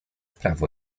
prawo